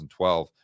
2012